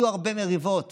והיו הרבה מריבות